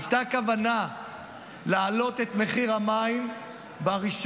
הייתה כוונה להעלות את מחיר המים ב-1